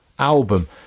album